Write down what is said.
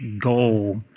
goal